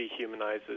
dehumanizes